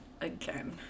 again